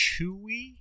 chewy